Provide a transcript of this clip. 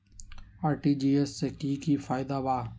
RTGS से की की फायदा बा?